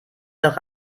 doch